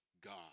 God